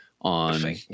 on